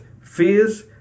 fears